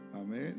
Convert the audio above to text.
Amen